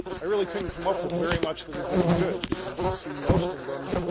i really couldn't come up with very much that was any good because you see most of them